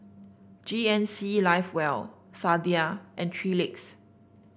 G N C Live Well Sadia and Three Legs